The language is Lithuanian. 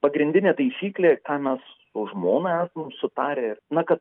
pagrindinė taisyklė ką mes su žmona esam sutarę ir na kad